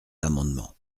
l’amendement